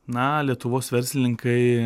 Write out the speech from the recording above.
na lietuvos verslininkai